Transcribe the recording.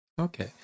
Okay